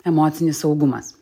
emocinis saugumas